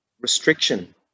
restriction